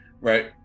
right